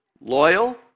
Loyal